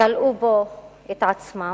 כלאו בו את עצמם.